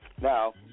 Now